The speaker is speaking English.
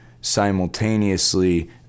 simultaneously